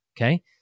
Okay